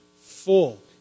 full